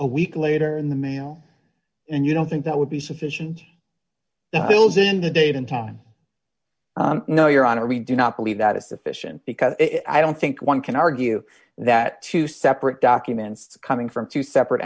a week later in the mail and you don't think that would be sufficient fills in the date and time no your honor we do not believe that is sufficient because i don't think one can argue that two separate documents coming from two separate